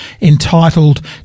entitled